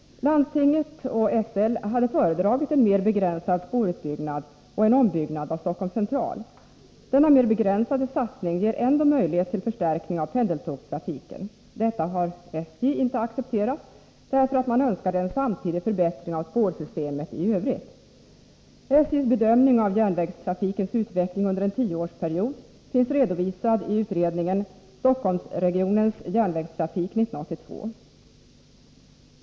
Landstinget och SL hade föredragit en mer begränsad spårutbyggnad och en ombyggnad av Stockholm C. Denna mer begränsade satsning ger ändå möjlighet till förstärkning av pendeltågstrafiken. Detta har SJ inte accepterat, därför att man önskade en samtidig förbättring av spårsystemen i Övrigt. SJ:s bedömning av järnvägstrafikens utveckling under en tioårsperiod finns redovisad i utredningen Stockholmsregionens järnvägstrafik 1982.